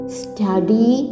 study